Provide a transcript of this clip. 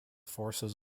forces